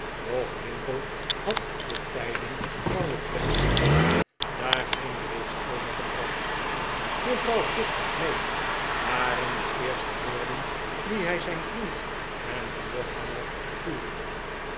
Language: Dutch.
doch winkle had de tijding van het fancy bal daarheen reeds overgebracht mevrouw pott gaat mee waren de eerste woorden die hij zijn vriend en voorganger toeriep